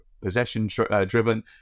possession-driven